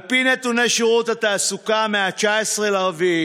על פי נתוני שירות התעסוקה מ-19 באפריל,